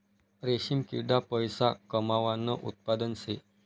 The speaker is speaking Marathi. रेशीम किडा पैसा कमावानं उत्पादन शे